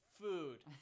food